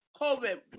COVID